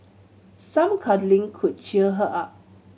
some cuddling could cheer her up